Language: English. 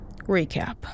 recap